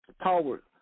power